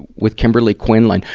with kimberly quinlan,